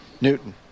Newton